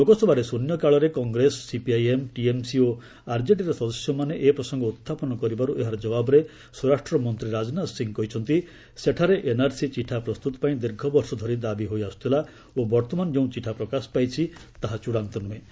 ଲୋକସଭାରେ ଶୃନ୍ୟକାଳବେଳେ Congress CPIM TMC ଓ ଆର୍ଜେଡିର ସଦସ୍ୟମାନେ ଏ ପ୍ରସଙ୍ଗ ଉତ୍ଥାପନ କରିବାରୁ ଏହାର ଜବାବ୍ରେ ସ୍ୱରାଷ୍ଟ୍ରମନ୍ତ୍ରୀ ରାଜନାଥ ସିଂ କହିଛନ୍ତି ସେଠାରେ ଏନ୍ଆର୍ସି ଚିଠା ପ୍ରସ୍ତୁତ ପାଇଁ ଦୀର୍ଘ ବର୍ଷ ଧରି ଦାବି ହୋଇଆସୁଥିଲା ଓ ବର୍ତ୍ତମାନ ଯେଉଁ ଚିଠା ପ୍ରକାଶ ପାଇଛି ତାହା ଚୂଡ଼ାନ୍ତ ନୁହେଁ